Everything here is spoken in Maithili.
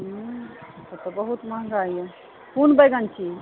हुँ तब तऽ बहुत महँगा यऽ कोन बैगन छी